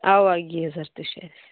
اوا گیٖزَر تہِ چھِ اسہِ